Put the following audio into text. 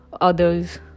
others